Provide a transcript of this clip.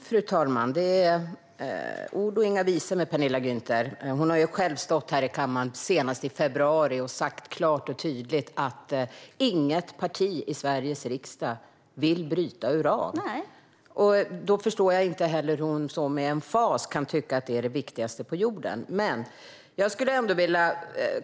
Fru talman! Det är ord och inga visor från Penilla Gunther. Hon har ju själv stått här i kammaren, senast i februari, och klart och tydligt sagt att inget parti i Sveriges riksdag vill bryta uran. Därför förstår jag inte heller hur hon med sådan emfas kan uttrycka att det är det viktigaste på jorden.